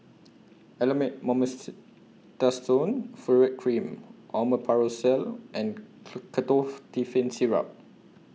Elomet Furoate Cream Omeprazole and Syrup